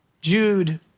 Jude